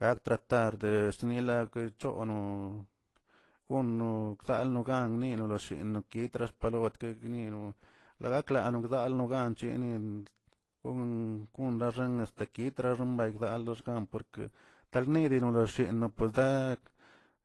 Gak tratar de snilague choꞌo gono zgan logan niniloshi nokitra xtapalot gnino la gaklano bdalolano ganchenin kon- kon xtekitra xnanon begdayo gan porke ardinilo lo rshenno poldak